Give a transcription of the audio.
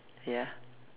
ya